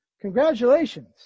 congratulations